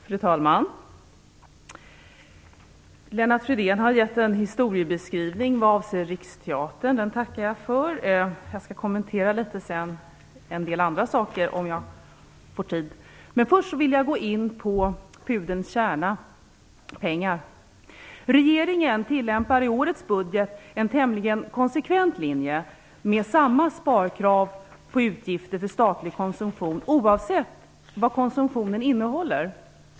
Fru talman! Lennart Fridén har gett en historieskrivning vad avser Riksteatern. Den tackar jag för. Jag skall senare, om jag får tid, kommentera en del andra saker. Först vill jag gå in på pudelns kärna, pengar. Regeringen tillämpar i årets budget en tämligen konsekvent linje, med samma sparkrav på utgifter för statlig konsumtion oavsett vad konsumtionen innehåller.